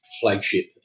flagship